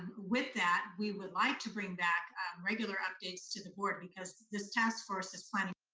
and with that, we would like to bring back regular updates to the board, because this task force is planning,